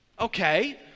Okay